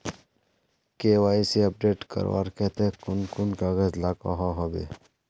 KYC update करवार केते कुन कुन कागज लागोहो होबे?